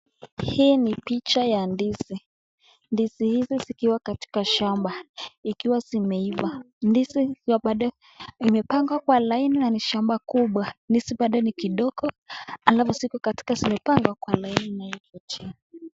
Hii ni picha ya ndizi. Ndizi hizi zikiwa katika shamba. Ikiwa zimeiva. Ndizi ikiwa bado imepangwa kwa laini na ni shamba kubwa. Ndizi bado ni kidogo alafu ziko katika zimepangwa kwa laini na uko chini.